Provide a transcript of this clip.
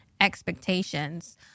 expectations